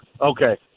Okay